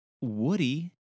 Woody